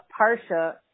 Parsha